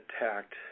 attacked